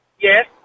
Yes